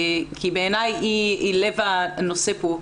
כי בעיני היא לב הנושא פה,